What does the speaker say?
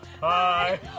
Hi